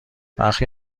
برخی